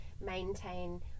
maintain